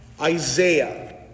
Isaiah